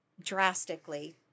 drastically